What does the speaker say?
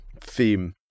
theme